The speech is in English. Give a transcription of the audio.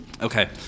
Okay